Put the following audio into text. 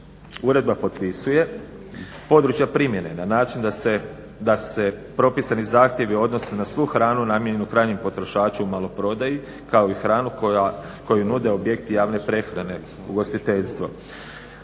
Uredba potpisuje područja primjene na način da se propisani zahtjevi odnose na svu hranu namijenjenu krajnjem potrošaču u maloprodaji kao i hranu koju nude objekti javne prehrane, ugostiteljstvo.